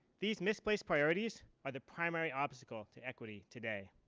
these misplaced priorities are the primary obstacle to equity. today